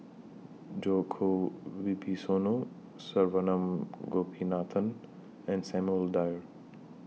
Djoko Wibisono Saravanan Gopinathan and Samuel Dyer